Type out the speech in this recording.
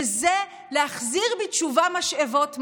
וזה להחזיר בתשובה משאבות מים,